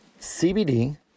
CBD